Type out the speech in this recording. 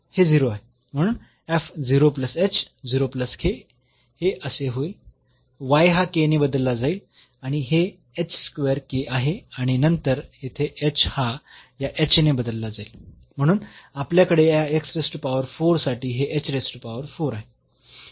म्हणून हे असे होईल हा ने बदलला जाईल आणि हे आहे आणि नंतर येथे हा या ने बदलला जाईल म्हणून आपल्याकडे या साठी हे आहे